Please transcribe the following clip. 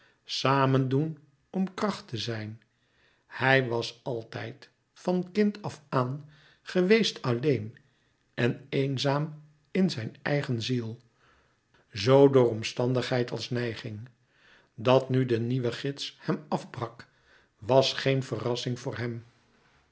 samen doen om kracht te zijn hij was altijd van kind afaan geweest alleen en eenzaam in zijn eigen ziel zoo door omstandigheid als neiging dat nu de nieuwe gids hem afbrak was geen verrassing voor hem